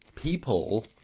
people